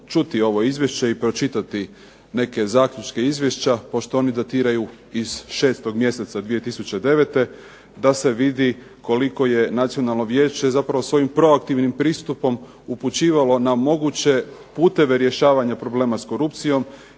čuti ovo izvješće i pročitati neke zaključke izvješća, pošto oni datiraju iz 6. mjeseca 2009. da se vidi koliko je nacionalno vijeće zapravo s ovim proaktivnim pristupom upućivalo na moguće puteve rješavanja problema s korupcijom